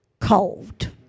Cold